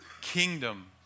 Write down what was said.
Kingdom